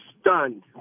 stunned